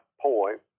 point